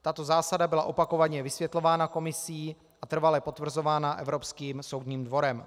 Tato zásada byla opakovaně vysvětlována Komisí a trvale potvrzována Evropským soudním dvorem.